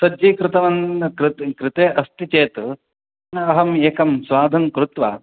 सज्जीकृतवान् कृत् कृते अस्ति चेत् अहम् एकं स्वादं कृत्वा